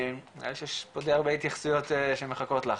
אני חושב שיש פה די הרבה התייחסויות שמחכות לך.